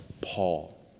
Paul